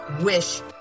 Wish